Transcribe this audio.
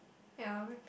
ya maybe